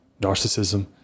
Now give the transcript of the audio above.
Narcissism